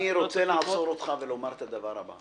אני רוצה לעצור אותך ולומר את הדבר הבא.